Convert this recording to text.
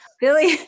Billy